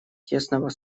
тесного